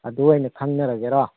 ꯑꯗꯨ ꯑꯣꯏꯅ ꯈꯪꯅꯔꯒꯦꯔꯣ